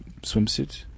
swimsuit